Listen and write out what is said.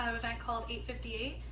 um event called eight fifty eight,